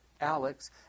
Alex